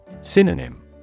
Synonym